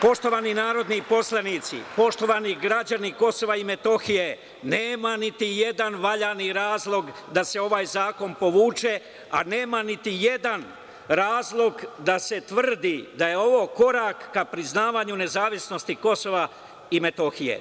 Poštovani narodni poslanici, poštovani građani KiM, nema niti jedan valjani razlog da se ovaj zakon povuče, a nema niti jedan razlog da se tvrdi da je ovo korak ka priznavanju nezavisnosti KiM.